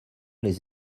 les